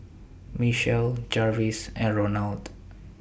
Michell Jarvis and Ronald